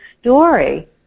story